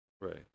Right